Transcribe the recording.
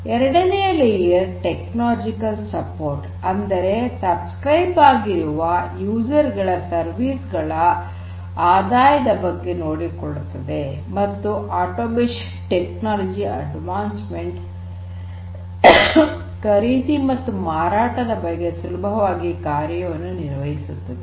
ಎರಡನೆಯ ಪದರ technological support ಅಂದರೆ ಸಬ್ಸ್ಕ್ರೈಬ್ ಆಗಿರುವ ಯೂಸರ್ ಗಳ ಸರ್ವಿಸ್ ಗಳ ಆದಾಯದ ಬಗ್ಗೆ ನೋಡಿಕೊಳ್ಳುತ್ತದೆ ಮತ್ತು ಆಟೋಮೇಷನ್ ಟೆಕ್ನಾಲಜಿಕಲ್ ಅಡ್ವಾನ್ಸ್ಮೆಂಟ್ ಖರೀದಿ ಮತ್ತು ಮಾರಾಟದ ಬಗ್ಗೆ ಸುಲಭವಾಗಿ ಕಾರ್ಯವನ್ನು ನಿರ್ವಹಿಸುತ್ತದೆ